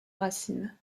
racine